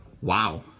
wow